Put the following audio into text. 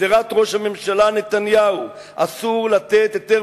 גזירת ראש הממשלה נתניהו: אסור לתת היתר